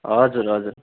हजुर हजुर